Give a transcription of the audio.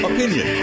Opinion